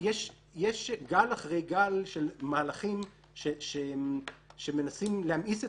יש גל אחרי גל של מהלכים שמנסים להמאיס את